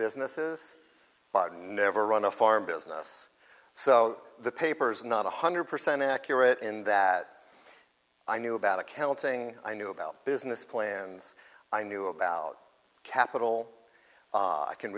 businesses are never run a farm business so the paper's not one hundred percent accurate in that i knew about accounting i knew about business plans i knew about capital i can